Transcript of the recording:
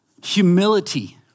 humility